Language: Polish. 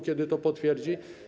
Kiedy to potwierdzi?